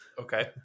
Okay